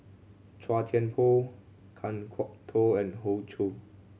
Chua Thian Poh Kan Kwok Toh and Hoey Choo